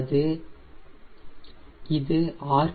இது ஆர்